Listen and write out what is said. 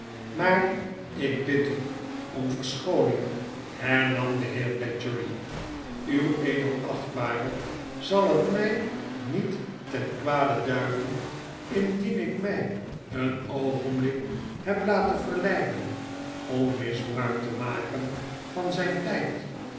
maar ik bid u om verschooning hernam de heer datchery uw edelachtbare zal het mij niet ten kwade duiden indien ik mrj een oogenblik heb laten verleiden om misbruik te maken van zyn tyd